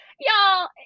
Y'all